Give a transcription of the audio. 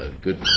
good